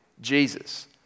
Jesus